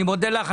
אני מודה לך.